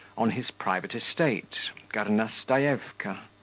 on his private estate gornostaevka.